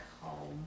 home